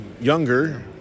younger